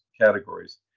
categories